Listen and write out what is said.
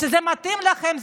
כשזה מתאים לכם,